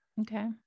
Okay